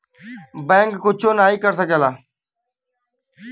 bank कुच्छो नाही कर सकेला